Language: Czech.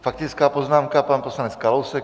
Faktická poznámka poslanec Kalousek.